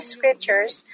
Scriptures